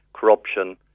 corruption